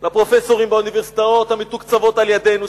הפרופסורים באוניברסיטאות המתוקצבות על-ידינו,